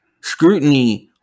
scrutiny